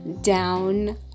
down